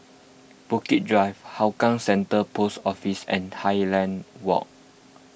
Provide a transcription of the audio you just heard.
Bukit Drive Hougang Center Post Office and Highland Walk